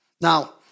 Now